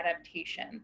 adaptation